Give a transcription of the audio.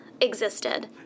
existed